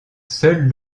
seul